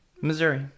Missouri